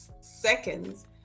seconds